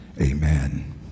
Amen